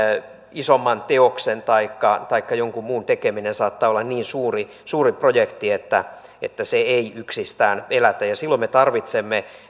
isomman teoksen taikka taikka jonkun muun tekeminen saattaa olla niin suuri suuri projekti että että se ei yksistään elätä silloin me tarvitsemme